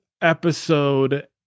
episode